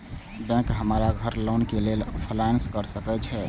Bank हमरा घर loan के लेल फाईनांस कर सके छे?